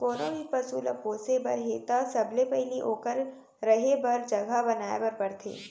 कोनों भी पसु ल पोसे बर हे त सबले पहिली ओकर रहें बर जघा बनाए बर परथे